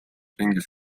ringis